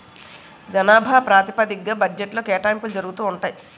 జనాభా ప్రాతిపదిగ్గా బడ్జెట్లో కేటాయింపులు జరుగుతూ ఉంటాయి